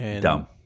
Dumb